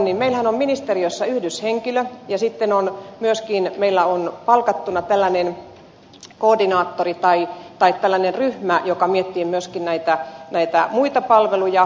meillähän on ministeriössä yhdyshenkilö ja sitten meillä on myöskin palkattuna tällainen koordinaattori tai tällainen ryhmä joka miettii myöskin näitä hoitoon liittyviä ja muita palveluja